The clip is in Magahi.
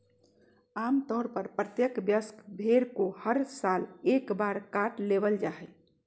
आम तौर पर प्रत्येक वयस्क भेड़ को हर साल एक बार काट लेबल जा हइ